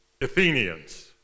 Athenians